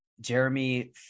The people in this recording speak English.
jeremy